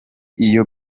iyo